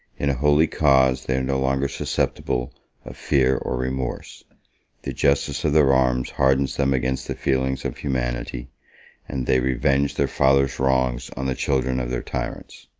in a holy cause they are no longer susceptible of fear or remorse the justice of their arms hardens them against the feelings of humanity and they revenge their fathers' wrongs on the children of their tyrants.